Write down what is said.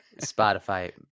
Spotify